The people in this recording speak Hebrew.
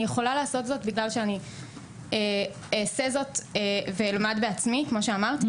אני יכולה לעשות זאת בגלל שאני אעשה זאת ואלמד בעצמי כמו שאמרת,